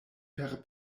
per